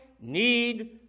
need